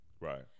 Right